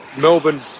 Melbourne